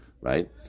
right